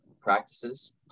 practices